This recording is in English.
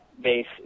base